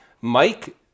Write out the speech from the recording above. Mike